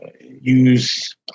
use